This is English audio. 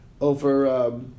over